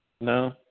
No